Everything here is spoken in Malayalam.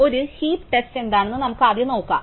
ഒരു ഹീപ് ടെസ്റ്റ് എന്താണെന്ന് നമുക്ക് ആദ്യം നോക്കാം